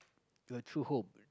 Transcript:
you have two home